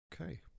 Okay